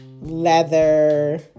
leather